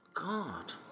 God